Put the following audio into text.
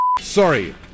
Sorry